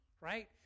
Right